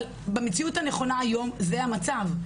אבל במציאות הנכונה היום זה המצב.